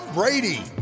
Brady